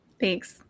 Thanks